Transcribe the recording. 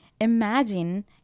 Imagine